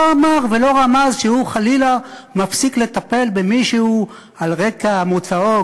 לא אמר ולא רמז שהוא חלילה מפסיק לטפל במישהו על רקע מוצאו,